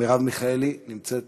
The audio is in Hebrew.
מרב מיכאלי, נוכחת בהחלט.